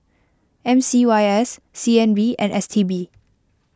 M C Y S C N B and S T B